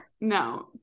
No